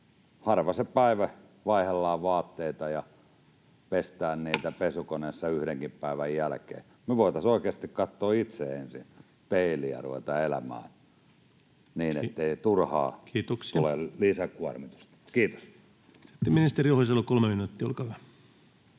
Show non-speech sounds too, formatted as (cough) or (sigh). Harva se päivä vaihdellaan vaatteita ja pestään niitä pesukoneessa yhdenkin päivän jälkeen. (noise) Me voitaisiin oikeasti katsoa itse ensin peiliin ja ruveta elämään niin, [Puhemies: Kiitoksia!] ettei turhaan tule lisäkuormitusta. — Kiitos. Sitten ministeri Ohisalo, kolme minuuttia, olkaa hyvä.